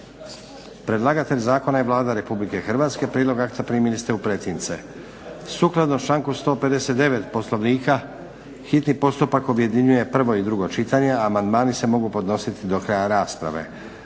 Predlagatelj zakona je Vlada RH. Prijedlog akta primili ste u pretince. Sukladno članku 159. Poslovnika hitni postupak objedinjuje prvo i drugo čitanje, amandmani se mogu podnositi do kraja rasprave.